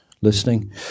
listening